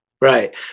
Right